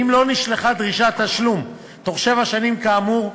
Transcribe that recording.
אם לא נשלחה דרישת תשלום בתוך שבע שנים כאמור,